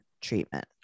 treatment